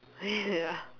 ya